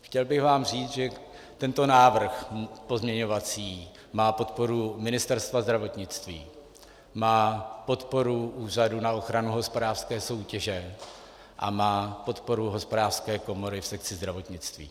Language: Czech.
Chtěl bych vám říct, že tento pozměňovací návrh má podporu Ministerstva zdravotnictví, má podporu Úřadu na ochranu hospodářské soutěže a má podporu Hospodářské komory v sekci zdravotnictví.